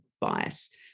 bias